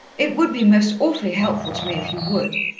it would be most awfully helpful to me if you would.